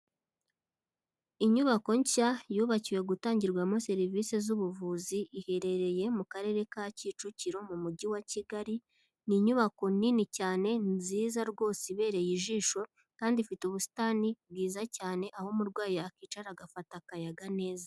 Inyubako nshya yubakiwe gutangirwamo serivisi z'ubuvuzi iherereye mu Karere ka Kicukiro mu Mujyi wa Kigali, ni inyubako nini cyane ni nziza rwose ibereye ijisho kandi ifite ubusitani bwiza cyane aho umurwayi yakwicara agafata akayaga neza.